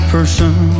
person